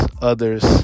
others